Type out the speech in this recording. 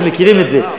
אנחנו מכירים את זה.